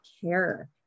care